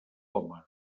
homes